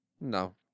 No